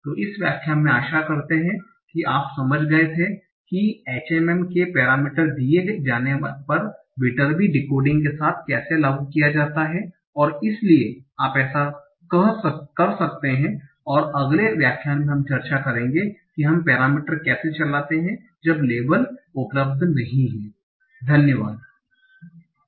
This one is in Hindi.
तो इस व्याख्यान में आशा करते हैं कि आप समझ गए थे कि HMM के पैरामीटर दिए जाने पर विटर्बी डिकोडिंग के साथ कैसे लागू किया जाता है और इसलिए आप ऐसा कर सकते हैं संदर्भ समय 3232 और अगले व्याख्यान में हम चर्चा करेंगे कि हम पैरामीटर कैसे चलाते हैं जब लेबल उपलब्ध नहीं हैं